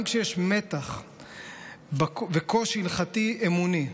גם כשיש מתח וקושי הלכתי אמוני,